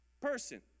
person